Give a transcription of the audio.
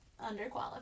underqualified